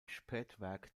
spätwerk